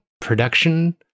production